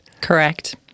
Correct